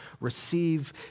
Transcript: receive